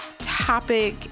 topic